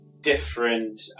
different